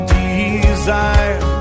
desire